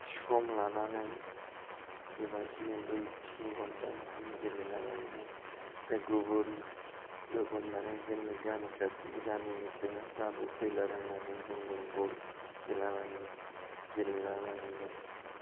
सम लानानै बेबायदिनो दुइ तिन घन्टा गाहाम गेलेला बायोमोन ओमफ्राय गुबुन गुबुन माने जोंनि गामि खाथिनि गामिनि सेंग्राफ्राबो फैलाबायनानै जोजों बल गेलेलाबायोमोन गेलेलाबायोमोन